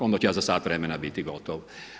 Onda ću ja za sat vremena biti gotov.